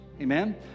Amen